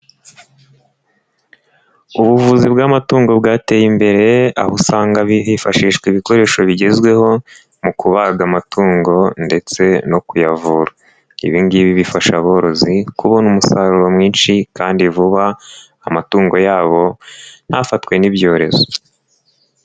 Ubuvuzi bw'amatungo bwateye imbere aho usanga hifashishwa ibikoresho bigezweho mu kubaga amatungo ndetse no kuyavura, ibi ngibi bifasha aborozi kubona umusaruro mwinshi kandi vuba, amatungo yabo ntafatwe n'ibyorezo.